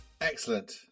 Excellent